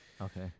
okay